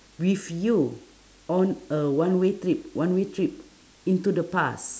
with you on a one-way trip one-way trip into the past